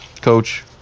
Coach